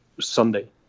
Sunday